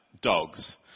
dogs